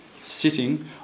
Sitting